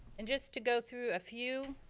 and just to go through a few,